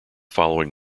following